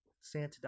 Santa